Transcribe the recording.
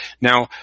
Now